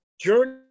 Journey